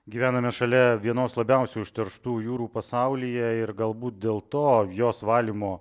gyvename šalia vienos labiausiai užterštų jūrų pasaulyje ir galbūt dėl to jos valymo